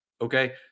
Okay